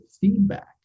feedback